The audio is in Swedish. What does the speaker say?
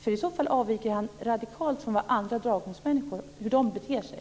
I så fall avviker han radikalt från hur andra draghundsmänniskor beter sig.